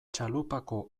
txalupako